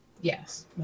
Yes